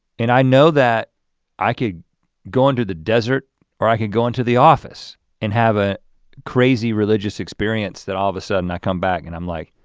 and i know that i could go into the desert or i can go into the office and have a crazy religious experience that all of a sudden i come back and i'm like